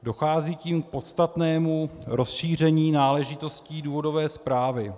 Dochází tím k podstatnému rozšíření náležitostí důvodové zprávy.